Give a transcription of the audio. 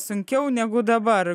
sunkiau negu dabar